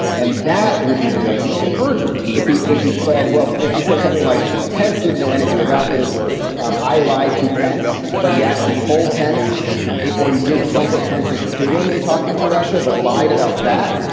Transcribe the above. and that would be the basis of perjury if he if he said, well, if he said something like pense didn't know anything about this or um i lied to pense, but he actually told pense or he did trumper pences bidding and talking to russia, but lied about that.